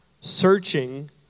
searching